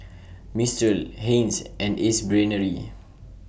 Mistral Heinz and Ace Brainery